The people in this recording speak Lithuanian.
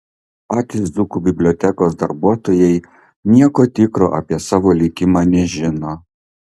patys dzūkų bibliotekos darbuotojai nieko tikro apie savo likimą nežino